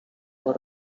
fue